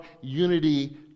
unity